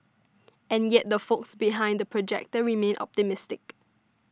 and yet the folks behind The Projector remain optimistic